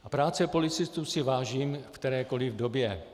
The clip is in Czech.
A práce policistů si vážím v kterékoli době.